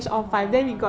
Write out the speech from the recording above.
!wah!